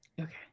Okay